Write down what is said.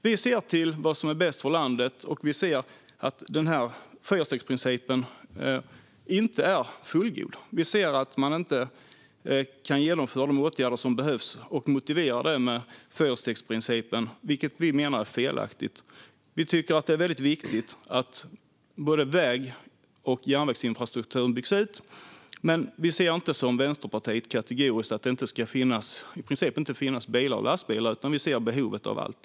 Vi ser till vad som är bäst för landet, och vi ser att fyrstegsprincipen inte är fullgod. Vi ser att man inte kan genomföra de åtgärder som behövs och motivera det med fyrstegsprincipen - vi menar att det är felaktigt. Vi tycker att det är väldigt viktigt att både väg och järnvägsinfrastrukturen byggs ut men tycker inte kategoriskt, som Vänsterpartiet, att det i princip inte ska finnas bilar och lastbilar, utan vi ser behovet av allt.